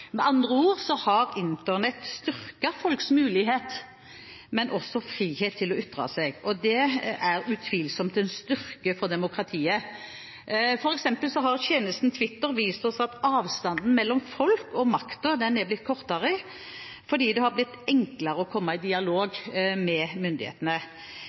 Med andre ord har Internett styrket folks mulighet – men også frihet – til å ytre seg. Det er utvilsomt en styrke for demokratiet. F.eks. har tjenesten Twitter vist oss at avstanden mellom folk og makten er blitt kortere fordi det har blitt enklere å komme i dialog med myndighetene.